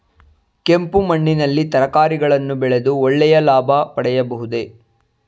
ಕೆಂಪು ಮಣ್ಣಿನಲ್ಲಿ ತರಕಾರಿಗಳನ್ನು ಬೆಳೆದು ಒಳ್ಳೆಯ ಲಾಭ ಪಡೆಯಬಹುದೇ?